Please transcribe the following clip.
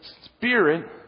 Spirit